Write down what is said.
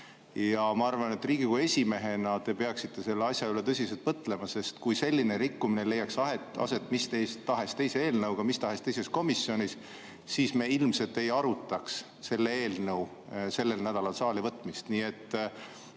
Ma arvan, et Riigikogu esimehena te peaksite selle asja üle tõsiselt mõtlema, sest kui selline rikkumine leiaks aset mis tahes teise eelnõuga mis tahes teises komisjonis, siis me ilmselt ei arutaks selle eelnõu sellel nädalal saali võtmist.